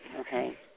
okay